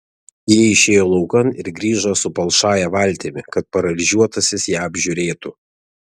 jie išėjo laukan ir grįžo su palšąja valtimi kad paralyžiuotasis ją apžiūrėtų